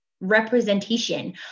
representation